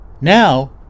Now